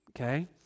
okay